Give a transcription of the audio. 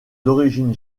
d’origine